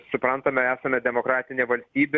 suprantame esame demokratinė valstybė